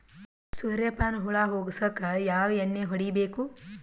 ಸುರ್ಯಪಾನ ಹುಳ ಹೊಗಸಕ ಯಾವ ಎಣ್ಣೆ ಹೊಡಿಬೇಕು?